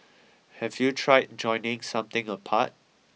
have you tried joining something apart